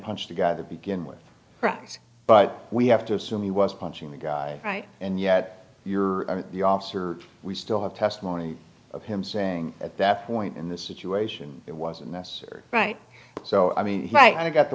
punch the guy to begin with runs but we have to assume he was punching the guy right and yet you're the officer we still have testimony of him saying at that point in this situation it wasn't necessary right so i mean right i got the